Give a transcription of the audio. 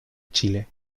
chile